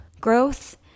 growth